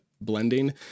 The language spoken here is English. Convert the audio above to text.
blending